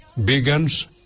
vegans